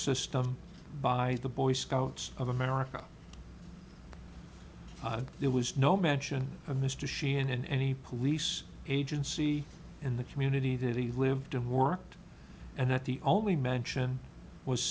system by the boy scouts of america there was no mention of mr sheehan in any police agency in the community that he lived and worked and that the only mention was